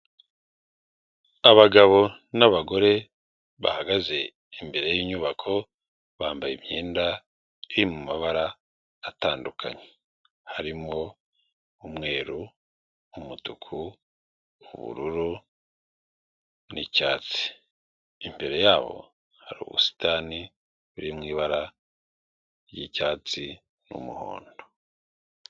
Abagabo n'abagore bahagaze imbere y'inyubako bambaye imyenda iri mu mabara atandukanye; harimo umweru, umutuku, ubururu n'icyatsi. Imbere yabo hari ubusitani buri mu ibara ry'icyatsi n'umuhondo.